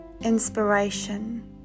inspiration